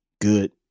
good